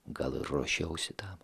gal ir ruošiausi tam